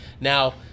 Now